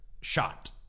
shot